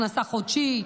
הכנסה חודשית,